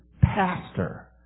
pastor